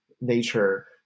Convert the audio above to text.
nature